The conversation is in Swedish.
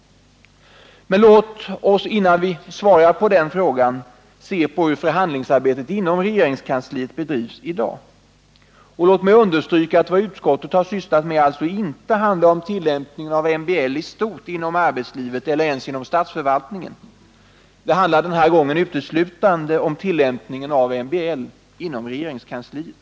Låt oss innan jag går in på den frågan se på hur förhandlingsarbetet inom regeringskansliet bedrivs i dag, och låt mig understryka att vad utskottet har sysslat med inte handlar om tillämpning av MBL i stort inom arbetslivet eller ens inom statsförvaltningen. Den här gången rör det sig uteslutande om tillämpningen av MBL inom regeringskansliet.